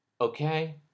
Okay